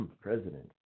president